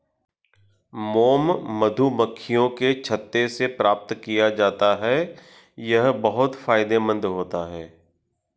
mom मधुमक्खियों के छत्ते से प्राप्त किया जाता है यह बहुत फायदेमंद होता है